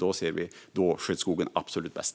Då ser vi att skogen sköts absolut bäst.